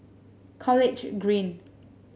College Green